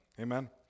Amen